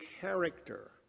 character